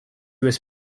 was